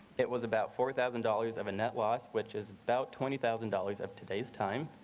it was about four thousand dollars of a net loss, which is about twenty thousand dollars of today's time.